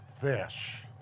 fish